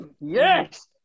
Yes